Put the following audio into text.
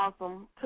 awesome